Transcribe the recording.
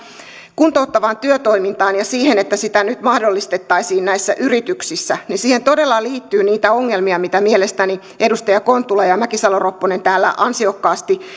kuntouttavaan työtoimintaan ja siihen että sitä nyt mahdollistettaisiin näissä yrityksissä niin siihen todella liittyy niitä ongelmia mistä mielestäni edustajat kontula ja mäkisalo ropponen täällä ansiokkaasti